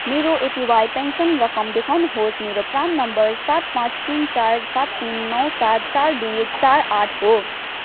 मेरो APY pension रकम देखाउनु होस् मेरो प्रान नम्बर सात पाँच तिन चार सात तिन नौ सात चार दुई चार आठ हो